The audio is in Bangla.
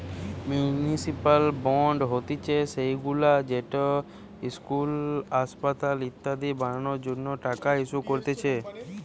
মিউনিসিপাল বন্ড হতিছে সেইগুলা যেটি ইস্কুল, আসপাতাল ইত্যাদি বানানোর জন্য টাকা ইস্যু করতিছে